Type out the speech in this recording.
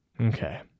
Okay